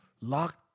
Locked